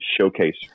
showcase